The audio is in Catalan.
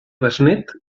besnét